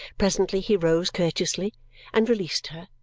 presently he rose courteously and released her,